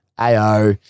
AO